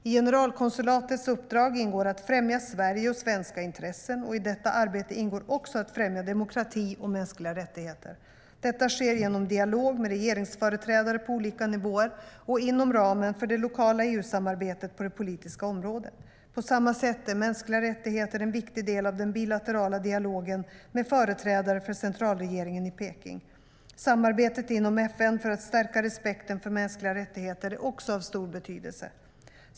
I generalkonsulatets uppdrag ingår att främja Sverige och svenska intressen, och i detta arbete ingår också att främja demokrati och mänskliga rättigheter. Detta sker genom dialog med regeringsföreträdare på olika nivåer och inom ramen för det lokala EU-samarbetet på det politiska området. På samma sätt är mänskliga rättigheter en viktig del av den bilaterala dialogen med företrädare för centralregeringen i Peking. Samarbetet inom FN för att stärka respekten för mänskliga rättigheter är också av stor betydelse.